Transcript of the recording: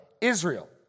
Israel